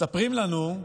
מספרים לנו,